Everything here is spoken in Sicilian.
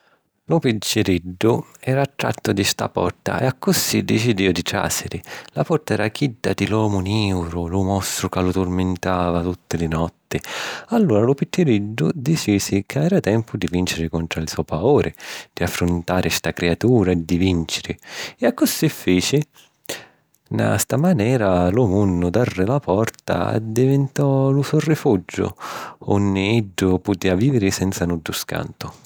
Lu picciriddu era attrattu di sta porta e accussì dicidìu di tràsiri. La porta era chidda di l’omu niuru, lu mostru ca lu turmintava tutti li notti. Allura lu picciriddu dicisi ca era tempu di vìnciri contra li so' pauri, di affruntari sta criatura e di vìnciri, e accussì fici. Nna sta manera, lu munnu darre' la porta addivintò lu so rifuggiu, unni iddu putìa vìviri senza nuddu scantu.